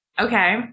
Okay